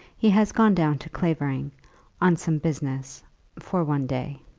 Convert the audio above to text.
he has gone down to clavering on some business for one day.